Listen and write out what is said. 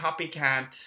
copycat